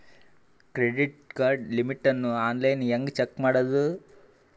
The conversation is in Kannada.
ಕ್ರೆಡಿಟ್ ಕಾರ್ಡ್ ಲಿಮಿಟ್ ಅನ್ನು ಆನ್ಲೈನ್ ಹೆಂಗ್ ಚೆಕ್ ಮಾಡೋದು?